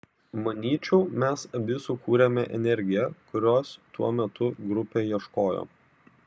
manyčiau mes abi sukūrėme energiją kurios tuo metu grupė ieškojo